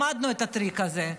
למדנו את הטריק הזה.